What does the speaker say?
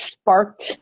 sparked